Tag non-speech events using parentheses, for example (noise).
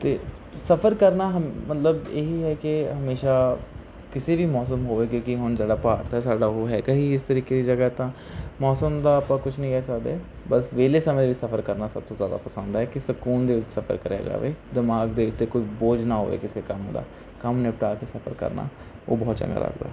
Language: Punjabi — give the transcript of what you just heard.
ਅਤੇ ਸਫ਼ਰ ਕਰਨਾ ਹਮੇ ਮਤਲਬ ਇਹੀ ਹੈ ਕਿ ਹਮੇਸ਼ਾ ਕਿਸੇ ਵੀ ਮੌਸਮ ਹੋਵੇ ਕਿਉਂਕਿ ਹੁਣ ਜਿਹੜਾ (unintelligible) ਤਾਂ ਉਹ ਸਾਡਾ ਹੈਗਾ ਹੀ ਇਸ ਤਰੀਕੇ ਦੀ ਜਗ੍ਹਾ ਤਾਂ ਮੌਸਮ ਦਾ ਆਪਾਂ ਕੁਛ ਨਹੀਂ ਕਹਿ ਸਕਦੇ ਬਸ ਵਿਹਲੇ ਸਮੇਂ ਵਿੱਚ ਸਫ਼ਰ ਕਰਨਾ ਸਭ ਤੋਂ ਜ਼ਿਆਦਾ ਪਸੰਦ ਹੈ ਕਿ ਸਕੂਨ ਦੇ ਵਿੱਚ ਸਫ਼ਰ ਕਰਿਆ ਜਾਵੇ ਦਿਮਾਗ ਦੇ ਉੱਤੇ ਕੋਈ ਬੋਝ ਨਾ ਹੋਵੇ ਕਿਸੇ ਕੰਮ ਦਾ ਕੰਮ ਨਿਪਟਾ ਕੇ ਸਫ਼ਰ ਕਰਨਾ ਉਹ ਬਹੁਤ ਚੰਗਾ ਲੱਗਦਾ ਹੈ